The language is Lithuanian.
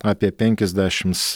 apie penkiasdešims